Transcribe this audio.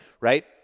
Right